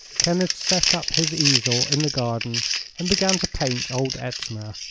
kenneth set up his easel in the garden and began to paint old etna,